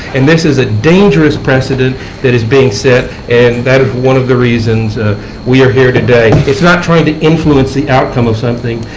and this is a dangerous precedent that is being set, and that is one of the reasons we are here today. it is not trying to influence the outcome of something.